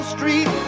Street